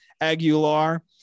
Aguilar